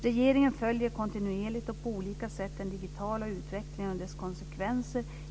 Regeringen följer kontinuerligt och på olika sätt den digitala utvecklingen och dess konsekvenser.